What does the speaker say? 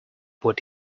what